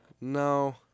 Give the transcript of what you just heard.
No